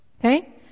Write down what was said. okay